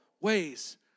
ways